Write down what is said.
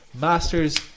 Masters